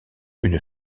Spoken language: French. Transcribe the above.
une